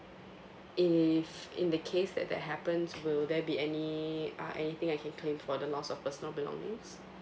if in the case that that happens will there be any uh anything I can claim for the loss of personal belongings